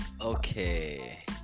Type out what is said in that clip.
Okay